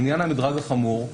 לעניין המדרג החמור,